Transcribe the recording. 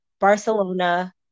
Barcelona